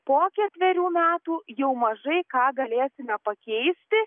po ketverių metų jau mažai ką galėsime pakeisti